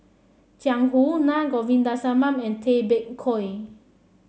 Jiang Hu Na Govindasamy and Tay Bak Koi